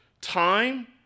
time